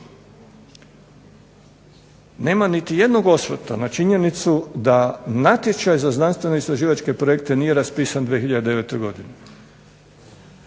Nema niti jednog osvrta na činjenicu da natječaj za znanstveno-istraživačke projekte nije raspisan 2009. godine